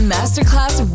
Masterclass